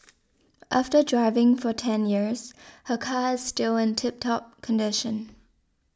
after driving for ten years her car is still in tip top condition